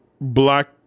black